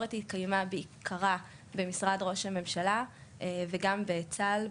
הביקורת התקיימה בעיקרה במשרד ראש הממשלה וגם בצה"ל,